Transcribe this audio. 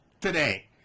today